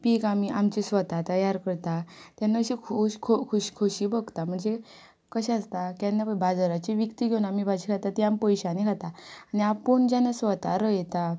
पीक आमी आमची स्वता तयार करता तेन्ना अशें खूश खू खूश खुशी भोगता म्हणजे कशें आसता केन्ना पय बाजाराची विकती घेवन आमी भाजी खाता ती आमी पयशांनी खाता आनी आपूण जेन्ना स्वता रोयता